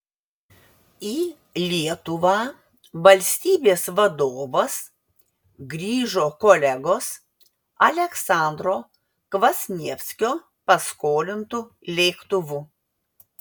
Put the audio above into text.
į lietuvą valstybės vadovas grįžo kolegos aleksandro kvasnievskio paskolintu lėktuvu